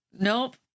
Nope